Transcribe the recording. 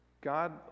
God